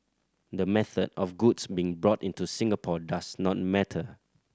the method of goods being brought into Singapore does not matter